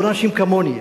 לא לאנשים כמוני,